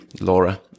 Laura